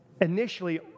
initially